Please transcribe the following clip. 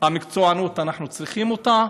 ואנחנו צריכים את המקצוענות.